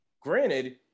Granted